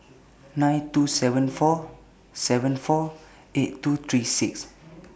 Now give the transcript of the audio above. nine two seven four seven four eight two three six